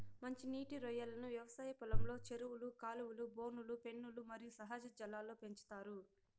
మంచి నీటి రొయ్యలను వ్యవసాయ పొలంలో, చెరువులు, కాలువలు, బోనులు, పెన్నులు మరియు సహజ జలాల్లో పెంచుతారు